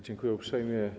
Dziękuję uprzejmie.